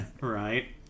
right